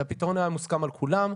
הפתרון היה מוסכם על כולם.